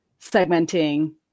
segmenting